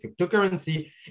cryptocurrency